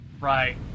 Right